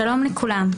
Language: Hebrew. שלום לכולם,